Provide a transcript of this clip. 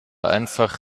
einfach